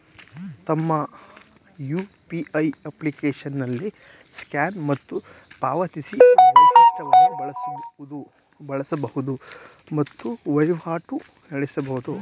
ತಮ್ಮ ಯು.ಪಿ.ಐ ಅಪ್ಲಿಕೇಶನ್ನಲ್ಲಿ ಸ್ಕ್ಯಾನ್ ಮತ್ತು ಪಾವತಿಸಿ ವೈಶಿಷ್ಟವನ್ನು ಬಳಸಬಹುದು ಮತ್ತು ವಹಿವಾಟು ನಡೆಸಬಹುದು